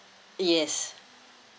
yes